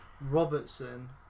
Robertson